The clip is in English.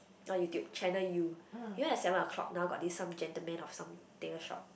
not YouTube channel U you know that seven o-clock now got these some gentlemen or some table shop